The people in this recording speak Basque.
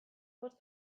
bost